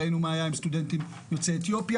ראינו מה היה עם סטודנטים יוצאי אתיופיה,